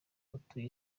batuye